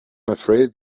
afraid